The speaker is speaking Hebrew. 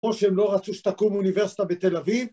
או שהם לא רצו שתקום אוניברסיטה בתל אביב